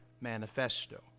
manifesto